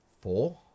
four